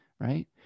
right